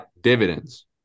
Dividends